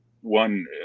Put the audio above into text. one